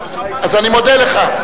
אז אני מודה לך.